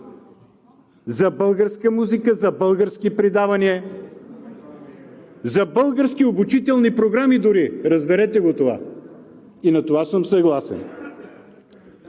за българска музика, за български предавания, за български обучителни програми, дори – разберете го това, и на това съм съгласен.